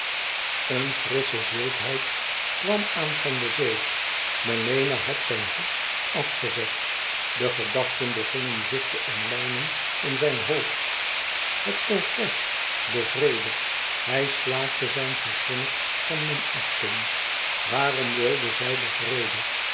een frissche ziltheid kwam aan van de zee melena had zijn hoed afgezet de gedachten begonnen zich te omlijnen in zijn hoofd het congres de vrede hij slaakte zijn grinnik van minachting waarom wilden zij den vrede